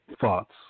thoughts